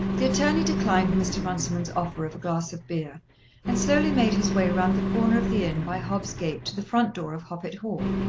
the attorney declined mr. runciman's offer of a glass of beer and slowly made his way round the corner of the inn by hobb's gate to the front door of hoppet hall.